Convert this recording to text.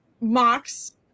mocks